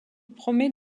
promet